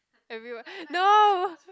every what no